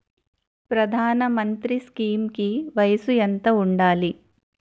ప్రధాన మంత్రి స్కీమ్స్ కి వయసు ఎంత ఉండాలి?